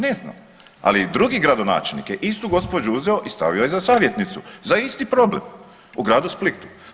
Ne znam, ali drugi gradonačelnik je istu gospođu uzeo i stavio je za savjetniku, za isti problem u gradu Splitu.